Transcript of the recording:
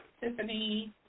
Tiffany